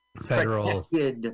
federal